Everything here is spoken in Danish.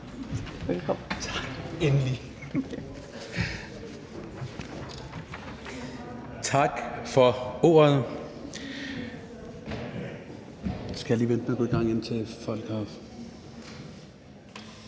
Tak for ordet.